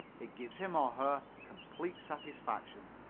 it gives him, or her, complete satisfaction.